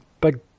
big